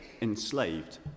enslaved